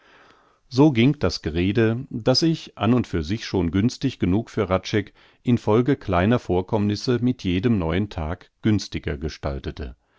so ging das gerede das sich an und für sich schon günstig genug für hradscheck in folge kleiner vorkommnisse mit jedem neuen tage günstiger gestaltete